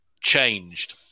changed